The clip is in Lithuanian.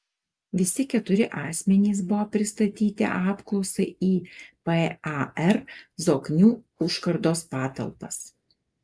visi keturi asmenys buvo pristatyti apklausai į par zoknių užkardos patalpas